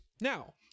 Now